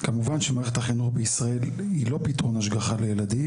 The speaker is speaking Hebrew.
כמובן שמערכת החינוך בישראל היא לא פתרון השגחה לילדים,